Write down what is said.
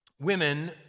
women